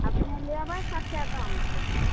अपने लेबै कतेक दामके